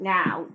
Now